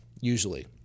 usually